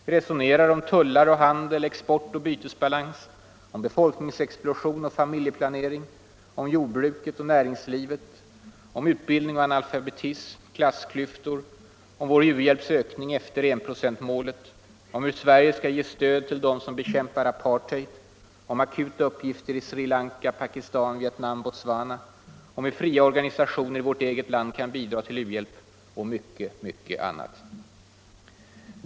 Vi resonerar om tullar och handel, om u-ländernas export och bytesbalans, om befolkningsexplosion och familjeplanering, om utveckling av jordbruket och näringslivet, om utbildning och analfabetism, om jordreformer och klassklyftor, om vår u-hjälps ökning efter det att enprocentsmålet uppnåtts, om hur Sverige skall ge särskilt stöd till länder som bekämpar apartheid, om akuta uppgifter i Sri Lanka, Pakistan, Vietnam och Botswana, om hur fria organisationer i vårt eget land kan bidra till u-hjälp — och mycket, mycket annat.